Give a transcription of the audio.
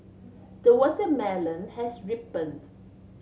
the watermelon has ripened